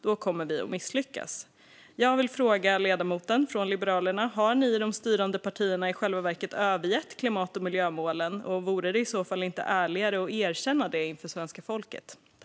Då kommer vi att misslyckas. Jag vill fråga ledamoten från Liberalerna: Har ni i de styrande partierna i själva verket övergett klimat och miljömålen? Och vore det i så fall inte ärligare att erkänna det inför svenska folket?